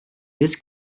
this